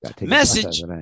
Message